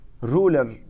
ruler